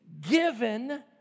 given